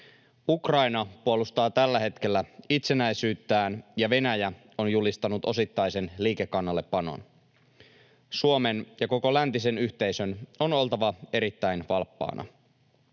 Ukraina puolustaa tällä hetkellä itsenäisyyttään, ja Venäjä on julistanut osittaisen liikekannallepanon. Suomen ja koko läntisen yhteisön on oltava erittäin valppaana.